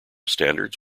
standards